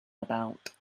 about